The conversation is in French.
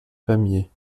pamiers